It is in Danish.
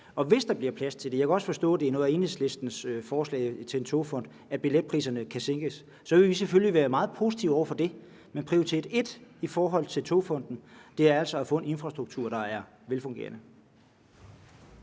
at billetpriserne kan sænkes – for jeg kan forstå, at det også ligger i Enhedslistens forslag i forhold til en togfond – vil vi selvfølgelig være meget positive over for det. Men prioritet et i forhold til Togfonden er altså at få en infrastruktur, der er velfungerende.